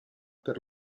per